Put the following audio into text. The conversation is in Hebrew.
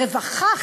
רווחה,